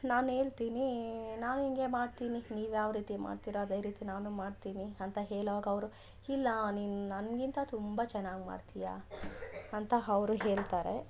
ನಾನು ಹೇಳ್ತೀನಿ ನಾನು ಹಿಂಗೆ ಮಾಡ್ತೀನಿ ನೀವು ಯಾವ ರೀತಿ ಮಾಡ್ತೀರ ಅದೇ ರೀತಿ ನಾನು ಮಾಡ್ತೀನಿ ಅಂತ ಹೇಳೋವಾಗ ಅವರು ಇಲ್ಲ ನೀನ್ ನನಗಿಂತ ತುಂಬ ಚೆನ್ನಾಗ್ ಮಾಡ್ತಿಯಾ ಅಂತ ಅವ್ರು ಹೇಳ್ತಾರೆ